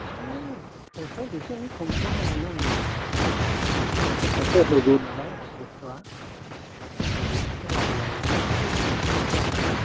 ओ एक्स' दुयस'नि खमखौ हरो आङो माने एसे हेभि नालाय बुस्थुआ हेभिखौसो लाबोयो आङो बै दुब्लिकेटखौथ' लाबोआ ना